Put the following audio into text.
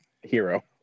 hero